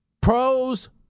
Pros